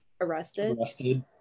arrested